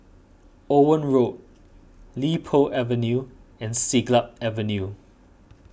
Owen Road Li Po Avenue and Siglap Avenue